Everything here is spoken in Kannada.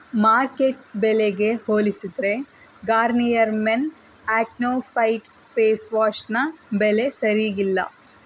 ಮಾರ್ಕೆಟ್ ಬೆಲೆಗೆ ಹೋಲಿಸಿದರೆ ಗಾರ್ನಿಯರ್ ಮೆನ್ ಆ್ಯಕ್ನೋ ಫೈಟ್ ಫೇಸ್ವಾಶ್ನ ಬೆಲೆ ಸರ್ಯಾಗಿಲ್ಲ